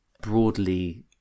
broadly